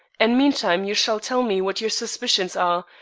and meantime you shall tell me what your suspicions are,